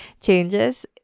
changes